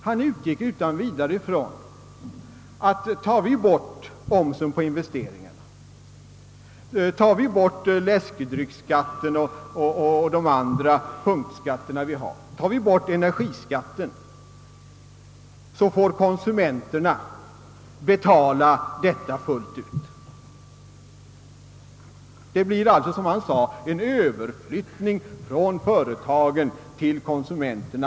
Han utgick utan vidare ifrån att om vi tar bort omsen på investeringarna, om vi tar bort läskedrycksskatten och övriga punktskatter, om vi tar bort energiskatten, så får konsumenterna i stället betala det hela. Det blir, sade han, en överflyttning från företagen till konsumenterna.